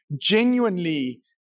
genuinely